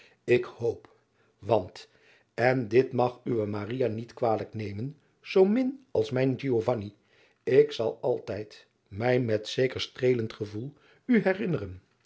k hoop want en dit mag uwe niet kwalijk nemen zoo min als mijn ik zal altijd mij met zeker streelend gevoel u herinneren